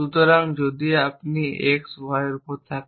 সুতরাং যদি আপনি x y এর উপর থাকে